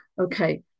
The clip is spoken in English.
Okay